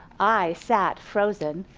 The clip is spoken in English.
i sat frozen,